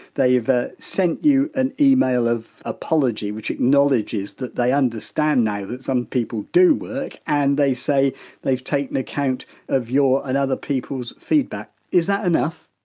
they've ah sent you an email of apology, which acknowledges that they understand now that some people do work and they say they've taken account of your and other people's feedback. is that enough?